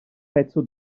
pezzo